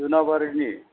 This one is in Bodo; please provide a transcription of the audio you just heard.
दुनाबारिनि